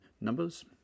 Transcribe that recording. numbers